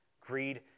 Greed